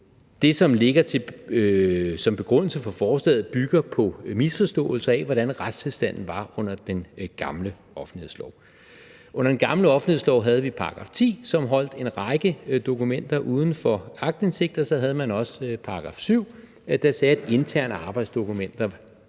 det, som ligger som begrundelse for forslaget, bygger på misforståelser af, hvordan retstilstanden var under den gamle offentlighedslov. Under den gamle offentlighedslov havde vi § 10, som holdt en række dokumenter uden for aktindsigt, og så havde vi også § 7, der sagde, at interne arbejdsdokumenter i